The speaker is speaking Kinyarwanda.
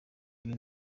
ibi